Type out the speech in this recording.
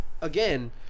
Again